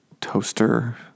toaster